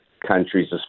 countries